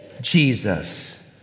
Jesus